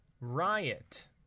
Riot